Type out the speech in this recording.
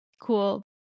cool